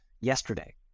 yesterday